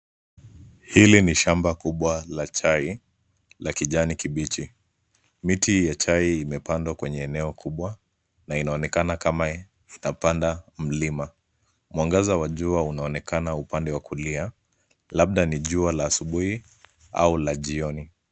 Hili ni shamba kubwa la chai la kijani kibichi. Miti ya chai imepandwa kwenye eneo kubwa, na inaonekana kama inapanda mlima. Mwangaza wa jua unaonekana upande wa kulia, labda ni jua la asubuhi au la jioni.